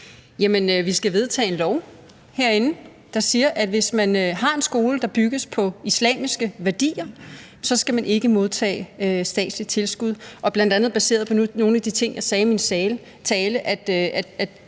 vi skal vedtage en lov herinde, der siger, at hvis man har en skole, der bygges på islamiske værdier, så skal man ikke modtage statsligt tilskud – og bl.a. baseret på nogle af de ting, jeg sagde i min tale om,